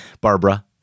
Barbara